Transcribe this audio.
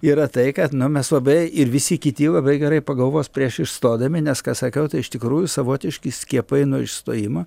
yra tai kad nu mes labai ir visi kiti labai gerai pagalvos prieš išstodami nes ką sakau tai iš tikrųjų savotiški skiepai nuo išstojimo